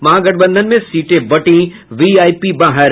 महागठबंधन में सीटें बंटी वीआईपी बाहर